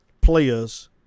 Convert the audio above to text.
players